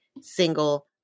single